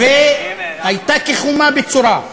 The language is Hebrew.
והייתה כחומה בצורה.